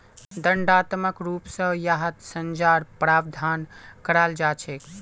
दण्डात्मक रूप स यहात सज़ार प्रावधान कराल जा छेक